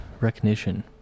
recognition